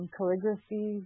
Calligraphy